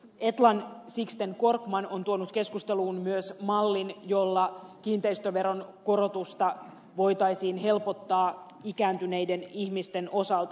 etlan sixten korkman on tuonut keskusteluun myös mallin jolla kiinteistöveron korotusta voitaisiin helpottaa ikääntyneiden ihmisten osalta